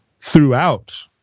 throughout